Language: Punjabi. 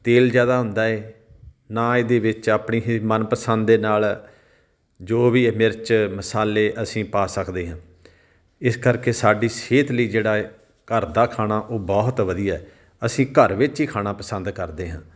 ਤੇਲ ਜ਼ਿਆਦਾ ਹੁੰਦਾ ਹੈ ਨਾ ਇਹਦੇ ਵਿੱਚ ਆਪਣੀ ਹੀ ਮਨਪਸੰਦ ਦੇ ਨਾਲ ਜੋ ਵੀ ਹੈ ਮਿਰਚ ਮਸਾਲੇ ਅਸੀਂ ਪਾ ਸਕਦੇ ਹਾਂ ਇਸ ਕਰਕੇ ਸਾਡੀ ਸਿਹਤ ਲਈ ਜਿਹੜਾ ਹੈ ਘਰ ਦਾ ਖਾਣਾ ਉਹ ਬਹੁਤ ਵਧੀਆ ਹੈ ਅਸੀਂ ਘਰ ਵਿੱਚ ਹੀ ਖਾਣਾ ਪਸੰਦ ਕਰਦੇ ਹਾਂ